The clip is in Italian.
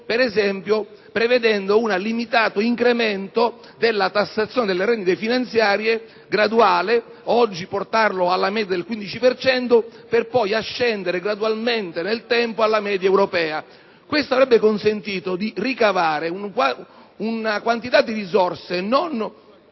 per esempio prevedendo un limitato incremento della tassazione delle rendite finanziarie, portandolo oggi ad una media del 15 per cento, per poi salire gradualmente nel tempo verso la media europea. Questo avrebbe consentito di ricavare una quantità di risorse non